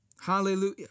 Hallelujah